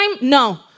no